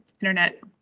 internet